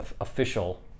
official